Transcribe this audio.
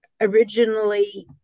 Originally